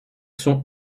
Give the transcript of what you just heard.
sont